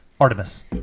artemis